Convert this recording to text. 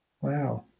Wow